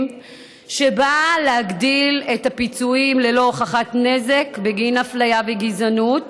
שבאה להגדיל את הפיצויים ללא הוכחת נזק בגין אפליה וגזענות